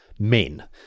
men